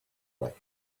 flesh